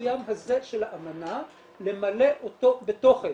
המסוים הזה של האמנה ולמלא אותו בתוכן,